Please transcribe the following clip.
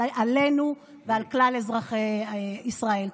עלינו ועל כלל אזרחי ישראל.